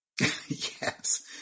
Yes